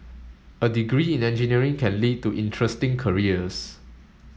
a degree in engineering can lead to interesting careers